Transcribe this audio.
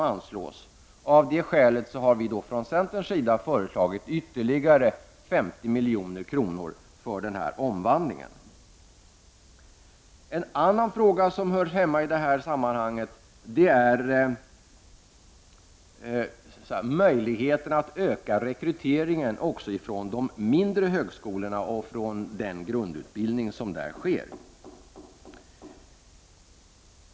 Av det skälet har vi i centern föreslagit ytterligare 50 milj.kr. för denna omvandling. En annan fråga som hör hemma i detta sammanhang är möjligheten att öka rekryteringen också från de mindre högskolorna och från den grundutbildning som där sker.